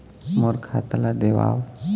मोर खाता ला देवाव?